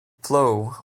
flow